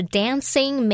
dancing